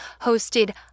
hosted